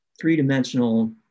three-dimensional